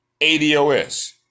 ADOS